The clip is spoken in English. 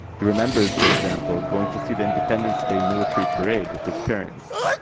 he remembers, for example, going to see the independence day military parade with his parents.